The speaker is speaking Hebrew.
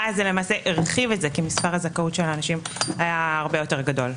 ואז זה למעשה הרחיב את זה כי מספר הזכאות של אנשים היה הרבה יותר גדול.